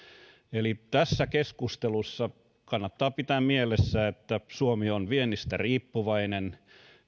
eli tässä keskustelussa kannattaa pitää mielessä että suomi on viennistä riippuvainen